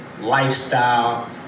lifestyle